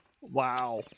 Wow